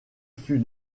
fut